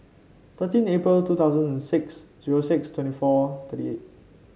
thirteen April two thousand and six zero six twenty four thirty eight